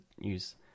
use